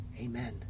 Amen